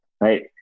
right